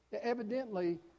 Evidently